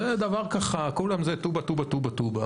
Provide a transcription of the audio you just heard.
זה דבר ככה, כולם זה: טובא, טובא, טובא.